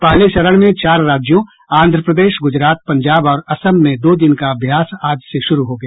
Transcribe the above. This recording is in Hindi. पहले चरण में चार राज्यों आंध्र प्रदेश गुजरात पंजाब और असम में दो दिन का अभ्यास आज से शुरू हो गया